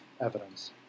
evidence